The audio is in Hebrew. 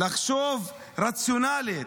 לחשוב רציונלית: